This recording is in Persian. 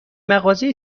مغازه